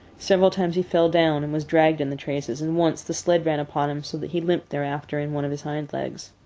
several times he fell down and was dragged in the traces, and once the sled ran upon him so that he limped thereafter in one of his hind legs.